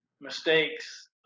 mistakes